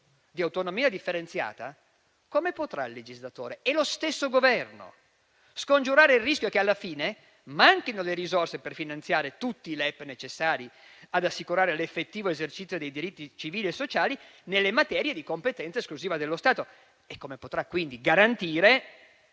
di autonomia differenziata, come potranno il legislatore e lo stesso Governo scongiurare il rischio che alla fine manchino le risorse per finanziare tutti i LEP necessari ad assicurare l'effettivo esercizio dei diritti civili e sociali, nelle materie di competenza esclusiva dello Stato? E come potrà, quindi, garantire